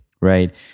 right